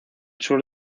sur